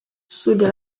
studia